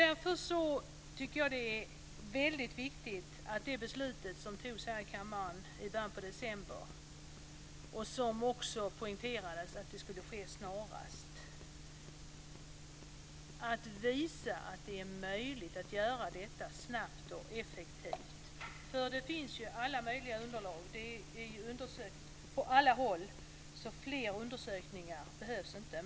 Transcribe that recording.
Därför är det viktigt att visa att det går att genomföra det beslut som fattades i kammaren i början av december snabbt och effektivt. Det poängterades i beslutet att detta skulle ske snarast. Det finns alla möjliga underlag. Frågan är undersökt på alla håll. Fler undersökningar behövs inte.